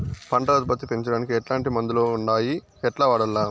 పంట ఉత్పత్తి పెంచడానికి ఎట్లాంటి మందులు ఉండాయి ఎట్లా వాడల్ల?